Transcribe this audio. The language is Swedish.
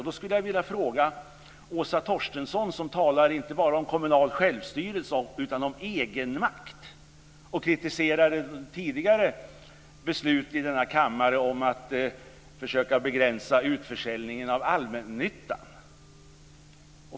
Då skulle jag vilja ställa en fråga till Åsa Torstensson, som inte bara talar om kommunal självstyrelse utan också om egenmakt. Hon kritiserar tidigare beslut i denna kammare om att försöka begränsa utförsäljningen av allmännyttan.